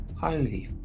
Holy